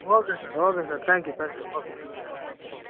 okay sir okay sir thank you thank you okay sir hmm ம்